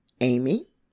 Amy